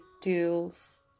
tools